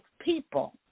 people